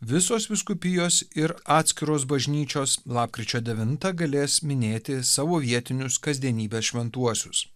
visos vyskupijos ir atskiros bažnyčios lapkričio devintą galės minėti savo vietinius kasdienybės šventuosius